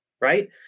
right